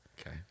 Okay